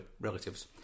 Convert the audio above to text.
relatives